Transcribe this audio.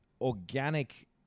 organic